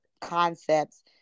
concepts